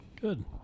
Good